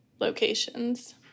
locations